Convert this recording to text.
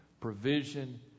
provision